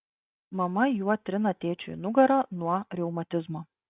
mama juo trina tėčiui nugarą nuo reumatizmo